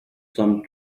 some